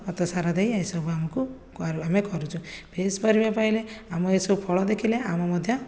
ଖତ ସାର ଦେଇ ଏସବୁ ଆମକୁ ଆମେ କରୁଛୁ ଫ୍ରେସ୍ ପରିବା ପାଇଲେ ଆମ ଏସବୁ ଫଳ ଦେଖିଲେ ଆମ ମଧ୍ୟ